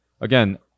again